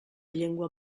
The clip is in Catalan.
llengua